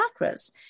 chakras